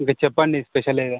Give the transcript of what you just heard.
ఇంకా చెప్పండి స్పెషల్ ఏదో